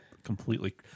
completely